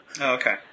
Okay